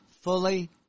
fully